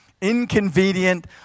Inconvenient